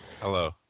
Hello